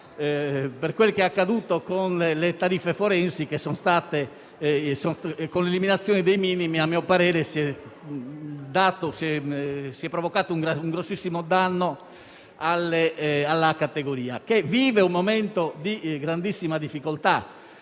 quel che è accaduto con le tariffe forensi, con l'eliminazione dei minimi, a mio parere ha provocato un grossissimo danno alla categoria, che vive un momento di grandissima difficoltà.